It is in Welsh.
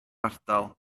ardal